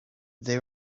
they